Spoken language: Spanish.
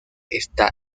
está